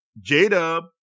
J-Dub